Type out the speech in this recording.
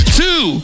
two